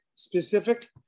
specific